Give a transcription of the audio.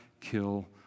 kill